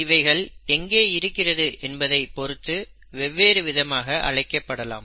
இவைகள் எங்கே இருக்கிறது என்பதை பொறுத்து வெவ்வேறு விதமாக அழைக்கப்படலாம்